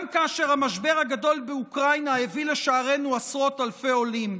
גם כאשר המשבר הגדול באוקראינה הביא לשערינו עשרות אלפי עולים?